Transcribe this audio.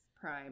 prime